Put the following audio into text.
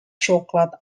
chocolate